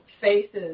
faces